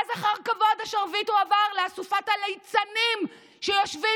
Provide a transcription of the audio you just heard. ואז השרביט הועבר אחר כבוד לאסופת הליצנים שיושבים